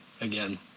again